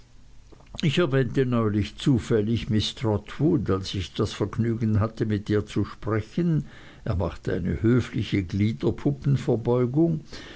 ich erwähnte neulich zufällig miß trotwood als ich das vergnügen hatte mit ihr zu sprechen er machte eine höfliche